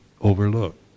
overlooked